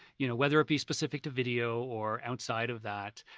you know whether it be specific to video or outside of that.